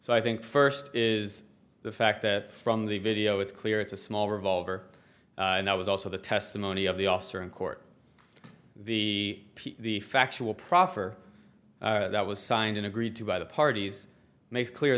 so i think first is the fact that from the video it's clear it's a small revolver and that was also the testimony of the officer in court the factual proffer that was signed and agreed to by the parties makes clear